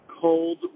cold